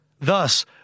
thus